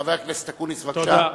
חבר הכנסת אקוניס, בבקשה.